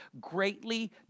greatly